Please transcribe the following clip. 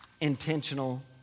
Intentional